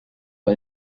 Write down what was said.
par